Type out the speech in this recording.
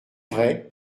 vrai